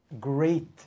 Great